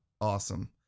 Awesome